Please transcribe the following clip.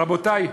רבותי,